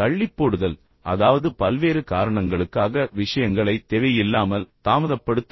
தள்ளிப்போடுதல் அதாவது பல்வேறு காரணங்களுக்காக விஷயங்களை தேவையில்லாமல் தாமதப்படுத்துதல்